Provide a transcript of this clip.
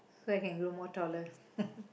so I can grow more taller